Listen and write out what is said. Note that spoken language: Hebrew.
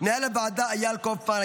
מנהל הוועדה איל קופמן,